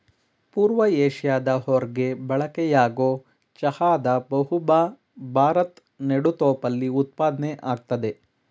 ಪೂರ್ವ ಏಷ್ಯಾದ ಹೊರ್ಗೆ ಬಳಕೆಯಾಗೊ ಚಹಾದ ಬಹುಭಾ ಭಾರದ್ ನೆಡುತೋಪಲ್ಲಿ ಉತ್ಪಾದ್ನೆ ಆಗ್ತದೆ